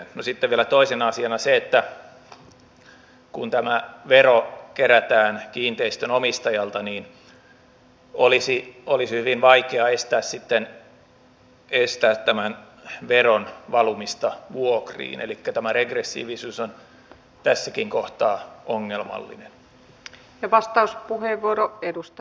no sitten vielä toisena asiana se että kun tämä vero kerätään kiinteistön omistajalta niin olisi hyvin vaikeaa estää sitten tämän veron valumista vuokriin elikkä tämä regressiivisyys on tässäkin kohtaa ongelmallinen